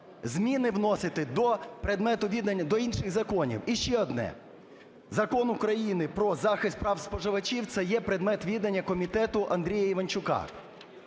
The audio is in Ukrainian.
зміни вносити до предмету відання до інших законів. І ще одне. Закон України "Про захист прав споживачів" – це є предмет відання комітету Андрія Іванчука.